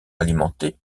alimentée